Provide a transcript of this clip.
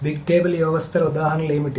big table వ్యవస్థల ఉదాహరణలు ఏమిటి